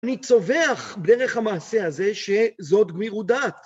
אני צווח דרך המעשה הזה שזאת גמירות דעת.